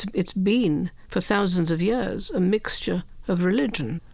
it's been, for thousands of years, a mixture of religion.